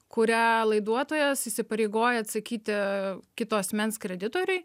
kuria laiduotojas įsipareigoja atsakyti kito asmens kreditoriui